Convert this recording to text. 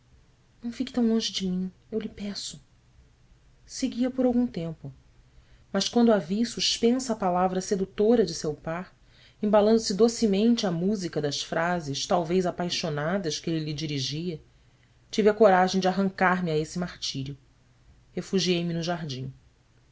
não fique tão longe de mim eu lhe peço segui-a por algum tempo mas quando a vi suspensa à palavra sedutora de seu par embalando se docemente à música das frases talvez apaixonadas que ele lhe dirigia tive a coragem de arrancar-me a esse martírio refugiei me no jardim